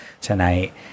tonight